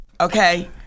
Okay